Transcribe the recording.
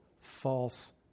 false